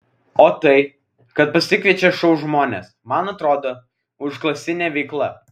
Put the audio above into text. o tai kad pasikviečia šou žmones man atrodo užklasinė veikla